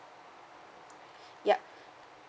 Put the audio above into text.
yup